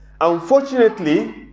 Unfortunately